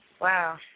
Wow